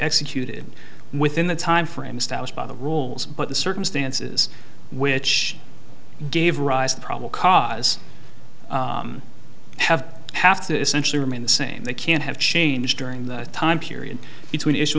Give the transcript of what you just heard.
executed within the timeframe established by the rules but the circumstances which gave rise to probably cause have have to essentially remain the same they can't have changed during the time period between issu